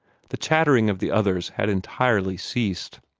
the chattering of the others had entirely ceased.